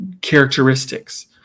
characteristics